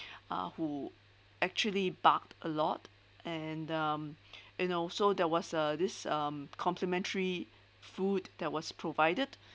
uh who actually barked a lot and um you know so there was a this um complimentary food that was provided